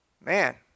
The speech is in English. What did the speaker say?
Man